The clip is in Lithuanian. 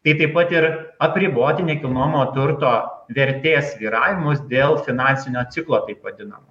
tai taip pat ir apriboti nekilnojamo turto vertės svyravimus dėl finansinio ciklo taip vadinamo